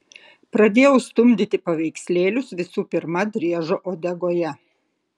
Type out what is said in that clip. pradėjau stumdyti paveikslėlius visų pirma driežo uodegoje